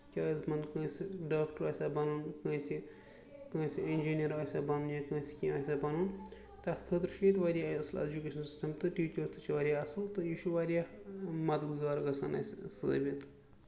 کیاہ آسہِ بَنُن کٲنٛسہِ ڈاکٹر آسیا بَنُن کٲنسہِ کٲنسہِ اِنجِنر آسیا بَنُن یا کٲنسہِ کیاہ آسیا بَنُن تَتھ خٲطرٕ چھُ ییٚتہِ واریاہ اصٕل ایجُکیشن سِسٹم تہٕ ٹیٖچٲرٕس تہِ چھِ واریاہ اَصٕل تہٕ یہِ چھُ واریاہ مددگار گژھان اَسہِ ثٲبِت